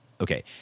Okay